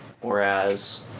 whereas